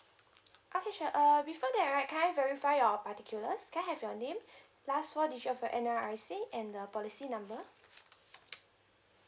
okay sure uh before that right can I verify your particulars can I have your name last four digit of your N_R_I_C and the policy number